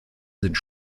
sind